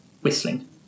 whistling